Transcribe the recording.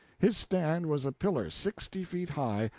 his stand was a pillar sixty feet high,